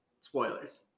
Spoilers